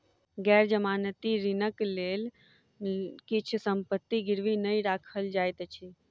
गैर जमानती ऋणक लेल किछ संपत्ति गिरवी नै राखल जाइत अछि